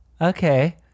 okay